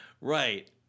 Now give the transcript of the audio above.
Right